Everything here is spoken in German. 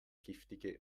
giftige